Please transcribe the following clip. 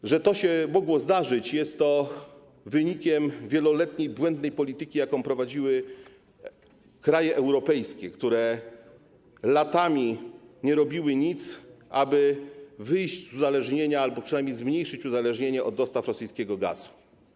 To, że mogło się to zdarzyć, jest wynikiem wieloletniej błędnej polityki, jaką prowadziły kraje europejskie, które latami nie robiły nic, aby wyjść z uzależnienia albo przynajmniej zmniejszyć uzależnienie od dostaw rosyjskiego gazu.